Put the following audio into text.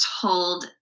told